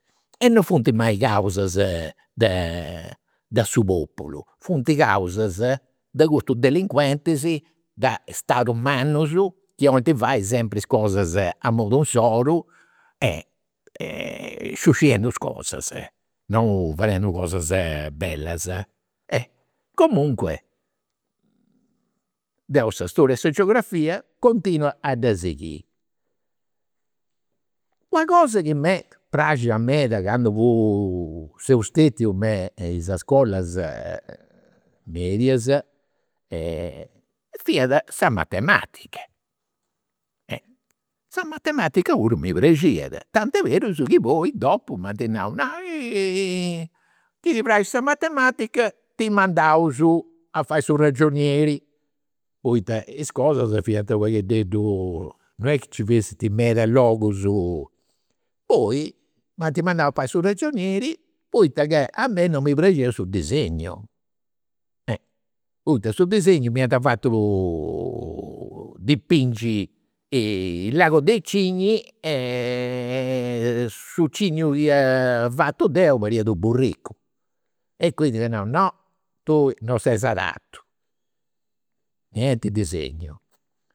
E non funt mai causas de su populu, funt causas de custus delinquentis de stadus mannus chi 'olint fai sempri is cosas a modu insoru, sciusciendu is cosas, non fadendu cosas bellas. Comunque deu sa storia e sa geografia continuo a dda sighiri. Una cosa chi m'est praxia meda candu fu seu stetiu me is iscolas medias, fiat sa matematica. Sa matematica puru mi praxiat, tant'e berus chi poi dopu m'ant nau, chi ti praxit sa matematica ti mandaus a fai su ragionieri. Poita is cosas fiant u', non est chi nci fessint meda logus. Poi m'ant mandau a fai su ragionieri poita ca a mei non mi praxiat su disegno. Poita su disegnu m'iant fatu dipingi il lago dei cigni e e su cignu chi ia fatu deu pariat u' burricu. E quindi ant nau, no tui non ses adatu, niente disegno.